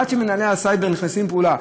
עד שמנהלי הסייבר נכנסים לפעולה,